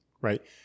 right